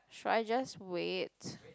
should I just wait